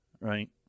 Right